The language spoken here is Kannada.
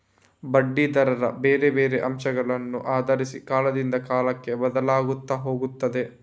ಬಡ್ಡಿ ದರ ಬೇರೆ ಬೇರೆ ಅಂಶಗಳನ್ನ ಆಧರಿಸಿ ಕಾಲದಿಂದ ಕಾಲಕ್ಕೆ ಬದ್ಲಾಗ್ತಾ ಹೋಗ್ತದೆ